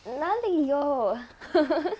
那里有